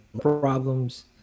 problems